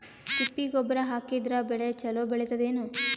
ತಿಪ್ಪಿ ಗೊಬ್ಬರ ಹಾಕಿದರ ಬೆಳ ಚಲೋ ಬೆಳಿತದೇನು?